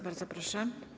Bardzo proszę.